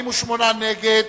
48 נגד